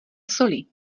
soli